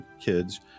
kids